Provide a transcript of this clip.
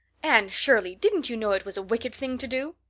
anne shirley, didn't you know it was a wicked thing to do?